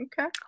Okay